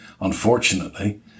unfortunately